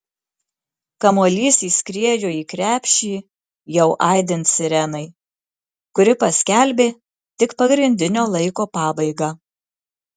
kamuolys įskriejo į krepšį jau aidint sirenai kuri paskelbė tik pagrindinio laiko pabaigą